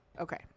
okay